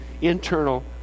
internal